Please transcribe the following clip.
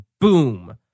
boom